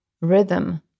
rhythm